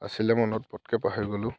আছিলে মনত পতকৈ পাহৰি গ'লোঁ